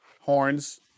horns